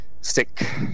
stick